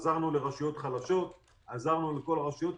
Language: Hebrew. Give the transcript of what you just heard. עזרנו לרשויות חלשות, עזרנו לכל הרשויות.